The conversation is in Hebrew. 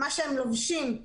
נירית, למה זה רלבנטי פה?